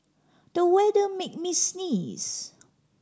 the weather made me sneeze